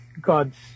God's